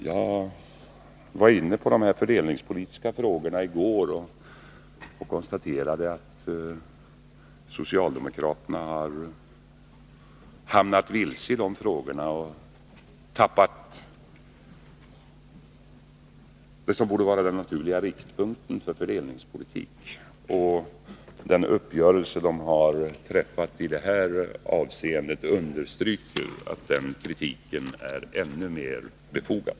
Jag berörde i går de här fördelningspolitiska frågorna och konstaterade då att socialdemokraterna när det gäller de frågorna har gått vilse och tappat bort vad som borde vara den naturliga riktpunkten för fördelningspolitiken. Den uppgörelse i det här avseendet som de nu har träffat understryker den kritiken och gör den ännu mer befogad.